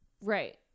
Right